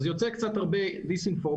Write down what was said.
אז יוצא קצת הרבה דיסאינפורמציה.